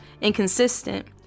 inconsistent